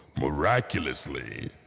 miraculously